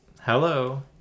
Hello